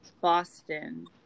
Boston